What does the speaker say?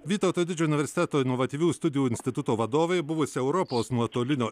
vytauto didžiojo universiteto inovatyvių studijų instituto vadovė buvusi europos nuotolinio